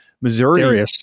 Missouri-